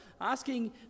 asking